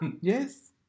Yes